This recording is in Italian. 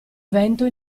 vento